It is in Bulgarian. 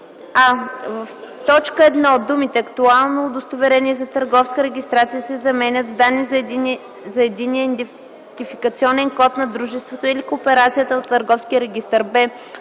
1: а) в т. 1 думите „актуално удостоверение за търговска регистрация” се заменят с „данни за Единния идентификационен код на дружеството или кооперацията от Търговския регистър”;